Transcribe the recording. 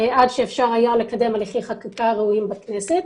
עד שאפשר היה לקדם הליכי חקיקה ראויים בכנסת.